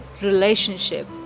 relationship